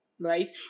right